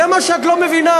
זה מה שאת לא מבינה,